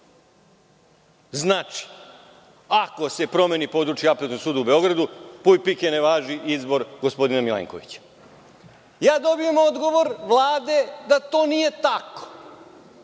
Znači, ako se promeni područje Apelacionog suda u Beogradu, puj, pike, ne važi izbor gospodina Milenkovića. Dobijam odgovor Vlade da to nije tako,